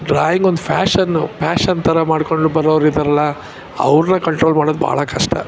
drawing ಒಂದು fashion fashion ಥರ ಮಾಡ್ಕೊಂಡು ಬರೋವರಿದ್ದಾರಲ್ಲ ಅವ್ರನ್ನ ಕಂಟ್ರೋಲ್ ಮಾಡೋದು ಬಹಳ ಕಷ್ಟ